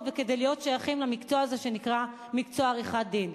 וכדי להיות שייכים למקצוע הזה שנקרא מקצוע עריכת-הדין.